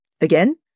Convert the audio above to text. again